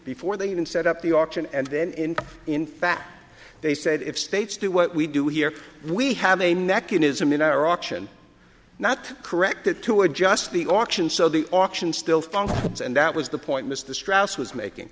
before they even set up the auction and then in in fact they said if states do what we do here we have a mechanism in our auction not corrected to adjust the auction so the auction still functions and that was the point mr strauss was making